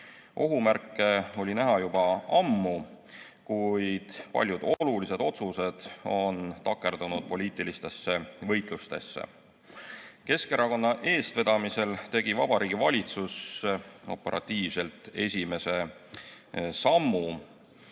edasi. Ohumärke oli näha juba ammu, kuid paljud olulised otsused on takerdunud poliitilistesse võitlustesse. Keskerakonna eestvedamisel tegi Vabariigi Valitsus operatiivselt esimese sammu